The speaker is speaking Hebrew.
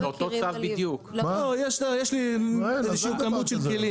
יש לי 60 כלים